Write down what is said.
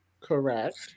Correct